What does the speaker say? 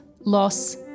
loss